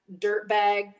dirtbag